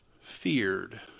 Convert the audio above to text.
Feared